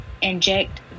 inject